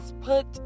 put